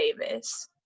Davis